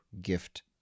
gift